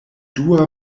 dua